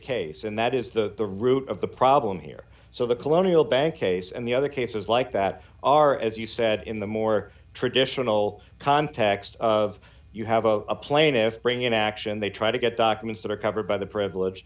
case and that is the root of the problem here so the colonial bank case and the other cases like that are as you said in the more traditional context of you have a plaintiff bring an action they try to get documents that are covered by the privilege